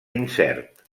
incert